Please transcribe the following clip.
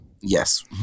Yes